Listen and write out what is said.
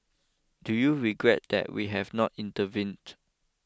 do you regret that we have not intervened